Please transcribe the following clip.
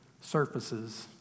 surfaces